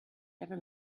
never